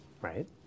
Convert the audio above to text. right